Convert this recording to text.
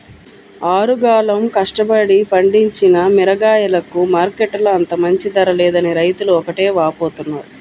ఆరుగాలం కష్టపడి పండించిన మిరగాయలకు మార్కెట్టులో అంత మంచి ధర లేదని రైతులు ఒకటే వాపోతున్నారు